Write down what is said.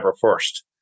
first